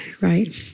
Right